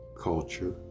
culture